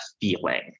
feeling